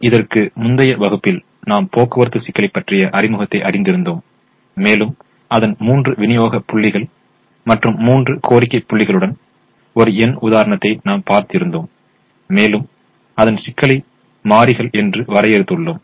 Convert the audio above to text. இதற்கு முந்தய வகுப்பில் நாம் போக்குவரத்து சிக்கலை பற்றிய அறிமுகத்தை அறிந்து இருந்தோம் மேலும் அதன் மூன்று விநியோக புள்ளிகள் மற்றும் மூன்று கோரிக்கை புள்ளிகளுடன் ஒரு எண் உதாரணத்தை நாம் பார்த்து இருந்தோம் மேலும் சிக்கலை மாறிகள் என்று வரையறுத்துள்ளோம்